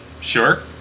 sure